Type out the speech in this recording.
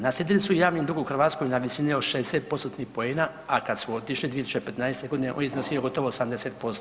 Naslijedili su javni dug u Hrvatskoj na visini od 60 postotnih poena, a kad su otišli 2015. godine on je iznosio gotovo 80%